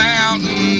Mountain